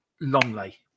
Longley